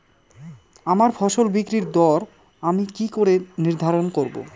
আমার ফসল বিক্রির দর আমি কি করে নির্ধারন করব?